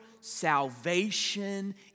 salvation